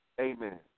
Amen